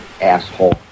Asshole